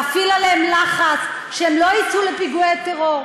להפעיל עליהם לחץ שהם לא יצאו לפיגועי טרור.